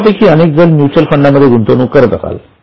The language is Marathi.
तुमच्यापैकी अनेक जण म्युच्युअल फंडांमध्ये गुंतवणूक करत असाल